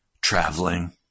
traveling